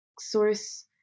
source